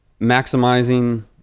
maximizing